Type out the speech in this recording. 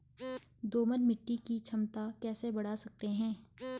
दोमट मिट्टी की क्षमता कैसे बड़ा सकते हैं?